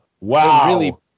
wow